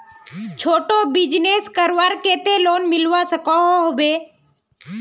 छोटो बिजनेस करवार केते लोन मिलवा सकोहो होबे?